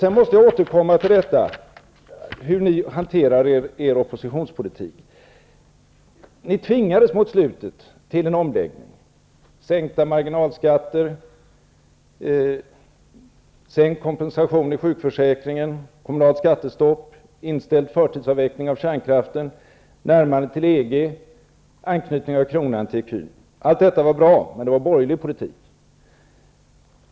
Sedan måste jag återkomma till hur ni hanterar er oppositionspolitik. Ni tvingades mot slutet av er regeringstid till en omläggning: sänkta marginalskatter, sänkt kompensation i sjukförsäkringen, kommunalt skattestopp, inställd förtida avveckling av kärnkraften, närmande till EG, anknytning av kronan till ecun. Allt detta var bra, men det var borgerlig politik.